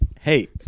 Hey